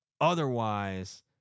Otherwise